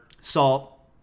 salt